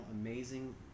amazing